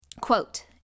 Quote